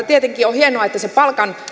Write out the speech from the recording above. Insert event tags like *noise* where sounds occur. *unintelligible* tietenkin on hienoa että sitä kautta se palkan